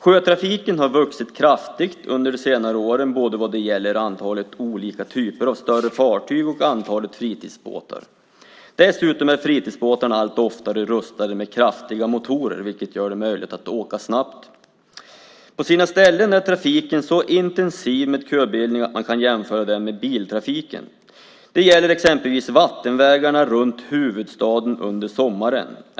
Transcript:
Sjötrafiken har ökat kraftigt under senare år både vad gäller antalet olika typer av större fartyg och vad gäller antalet fritidsbåtar. Dessutom är fritidsbåtarna numera allt oftare utrustade med kraftiga motorer, vilket gör det möjligt att åka snabbt. På sina ställen är trafiken med sin köbildning så intensiv att man kan jämföra med biltrafiken. Det gäller exempelvis vattenvägarna runt huvudstaden sommartid.